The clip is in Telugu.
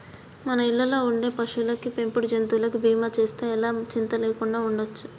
మన ఇళ్ళల్లో ఉండే పశువులకి, పెంపుడు జంతువులకి బీమా చేస్తే ఎలా చింతా లేకుండా ఉండచ్చు